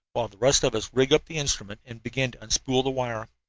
while the rest of us rig up the instrument and begin to unspool the wire.